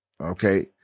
Okay